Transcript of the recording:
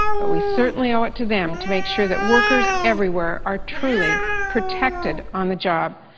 but we certainly owe it to them to make sure that workers everywhere are truly protected on the job.